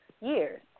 years